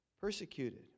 persecuted